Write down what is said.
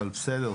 אבל בסדר,